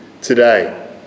today